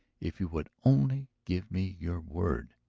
if you would only give me your word.